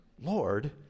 Lord